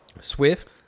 Swift